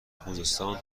خوزستان